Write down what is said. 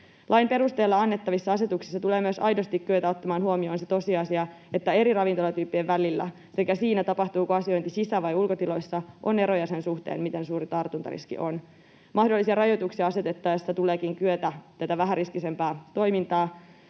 Lain perusteella annettavissa asetuksissa tulee myös aidosti kyetä ottamaan huomioon se tosiasia, että eri ravintolatyyppien välillä sekä siinä, tapahtuuko asiointi sisä‑ vai ulkotiloissa, on eroja sen suhteen, miten suuri tartuntariski on. Mahdollisia rajoituksia asetettaessa tuleekin kyetä tätä vähäriskisempää toimintaa